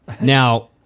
Now